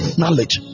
knowledge